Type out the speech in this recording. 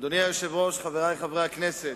אדוני היושב-ראש, חברי חברי הכנסת,